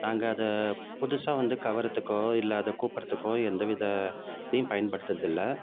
நாங்கள் அதை புதுசாக வந்து கவர்றத்துக்கோ இல்லை அதை கூப்பரத்துக்கோ எந்த வித தீ பயன்படுத்துகிறது இல்லை